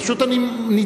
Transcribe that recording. פשוט אני נדהם.